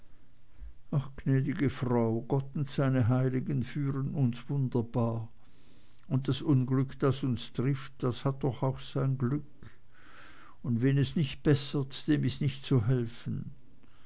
ach gnäd'ge frau gott und seine heiligen führen uns wunderbar und das unglück das uns trifft das hat doch auch sein glück und wen es nicht bessert dem is nich zu helfen